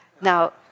Now